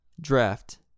draft